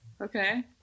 Okay